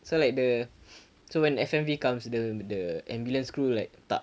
so like the so when F_M_V comes the the ambulance crew like tak